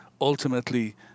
ultimately